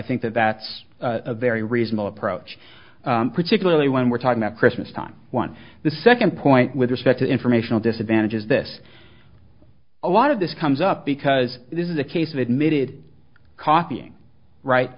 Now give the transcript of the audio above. think that that's a very reasonable approach particularly when we're talking at christmas time one the second point with respect to informational disadvantage is this a lot of this comes up because this is a case of admitted copying right